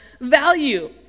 value